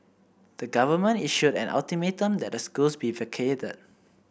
the government issued an ultimatum that the schools be vacated